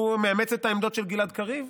הוא מאמץ את העמדות של גלעד קריב?